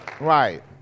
Right